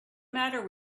matter